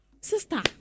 Sister